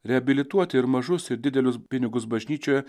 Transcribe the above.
reabilituoti ir mažus ir didelius pinigus bažnyčioje